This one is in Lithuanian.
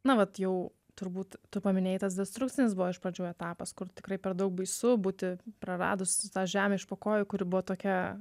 na vat jau turbūt tu paminėjai tas destrukcinis buvo iš pradžių etapas kur tikrai per daug baisu būti praradus tą žemę iš po kojų kuri buvo tokia